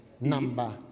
number